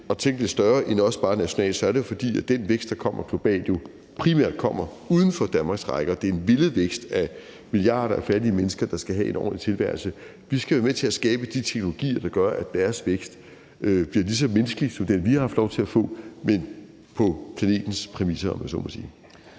at tænke lidt større end også bare nationalt, er det, fordi den vækst, der kommer globalt, jo primært kommer udefra, altså uden for Danmarks rækker. Det er en villet vækst skabt af milliarder af fattige mennesker, der skal have en ordentlig tilværelse. Vi skal være med til at skabe de teknologier, der gør, at deres vækst bliver lige så menneskelig som den, vi har fået lov til at få, men på planetens præmisser, om jeg så må sige.